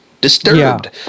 Disturbed